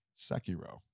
Sekiro